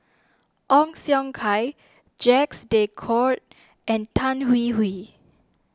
Ong Siong Kai Jacques De Coutre and Tan Hwee Hwee